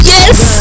Yes